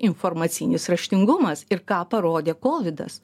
informacinis raštingumas ir ką parodė kovidas